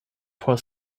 por